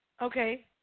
Okay